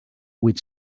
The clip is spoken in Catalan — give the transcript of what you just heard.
huit